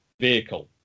vehicle